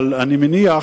אבל אני מניח